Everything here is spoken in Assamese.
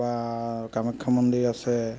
বা কামাখ্যা মন্দিৰ আছে